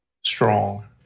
strong